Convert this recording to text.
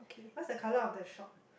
what's the colour of the shop